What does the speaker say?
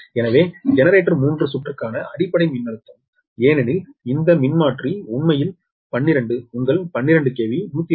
எனவே ஜெனரேட்டர் 3 சுற்றுக்கான அடிப்படை மின்னழுத்தம ஏனெனில் இந்த மின்மாற்றி உண்மையில் 12 உங்கள் 12 KV 120 KV